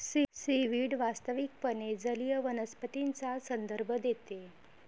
seaweed वास्तविकपणे जलीय वनस्पतींचा संदर्भ देते